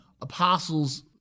apostles